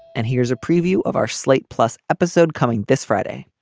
and here's a preview of our slate plus episode coming this friday